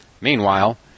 Meanwhile